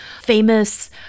famous